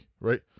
right